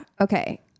Okay